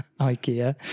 Ikea